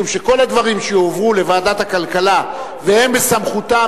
משום שכל הדברים שהועברו לוועדת הכלכלה והם בסמכותה